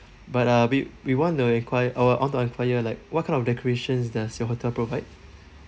but uh we we want to enquire I'll I want to enquire like what kind of decorations does your hotel provide